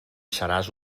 seràs